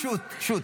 שו"ת.